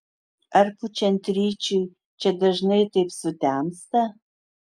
ar pučiant ryčiui čia dažnai taip sutemsta